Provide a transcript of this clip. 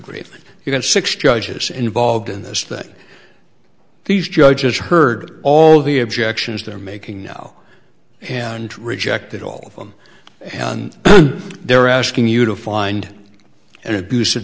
greed you have six judges involved in this that these judges heard all the objections they're making now and rejected all of them and they're asking you to find an abus